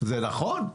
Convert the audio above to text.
זה נכון?